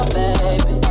baby